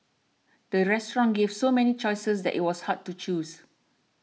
the restaurant gave so many choices that it was hard to choose